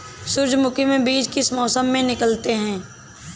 सूरजमुखी में बीज किस मौसम में निकलते हैं?